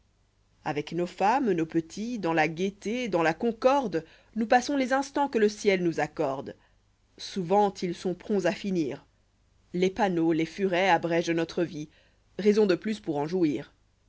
avec nos femmes nos petits dans la gaîué dans la concorde nous passons les instants que le ciel nous accorde souvent ils sont prompts à finir les panneaux les furets abrègent notre vie raison de plus pour en jouir